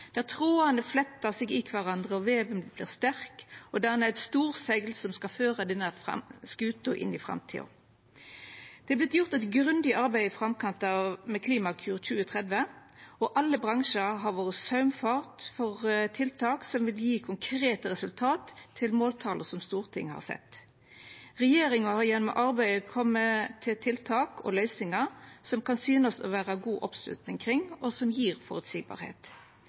trådane flettar seg i kvarandre og veven vert sterk, og der det er eit stort segl som skal føra denne skuta inn i framtida. Det er vorte gjort eit grundig arbeid i framkant av Klimakur 2030, og alle bransjar har vore saumfarne for tiltak som vil gje konkrete resultat for måltala som Stortinget har sett. Regjeringa har gjennom arbeidet kome med tiltak og løysingar som det kan synast å vera god oppslutning kring, og som